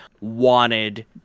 wanted